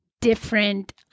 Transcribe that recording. different